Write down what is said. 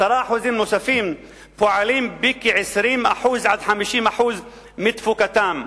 10% נוספים פועלים ב-20% עד 50% מתפוקתם.